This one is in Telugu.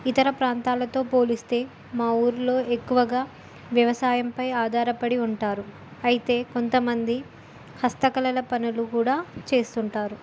ఇతర ప్రాంతాలతో పోలిస్తే మా ఊర్లో ఎక్కువగా వ్యవసాయంపై ఆధారపడి ఉంటారు అయితే కొంతమంది హస్తకళల పనులు కూడా చేస్తుంటారు